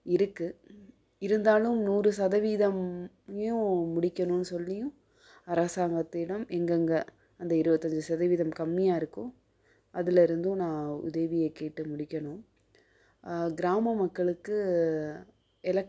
இருக்கு இருந்தாலும் நூறு சதவீதம்மையும் முடிக்கணும்னு சொல்லியும் அரசாங்கத்திடம் எங்கெங்க அந்த இருபத்தஞ்சு சதவீதம் கம்மியாக இருக்கோ அதில் இருந்தும் நான் உதவியை கேட்டு முடிக்கணும் கிராம மக்களுக்கு எலெக்